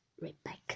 Rebecca